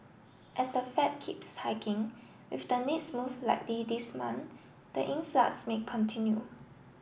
as the Fed keeps hiking with the next move likely this month the influx may continue